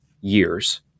years